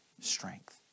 strength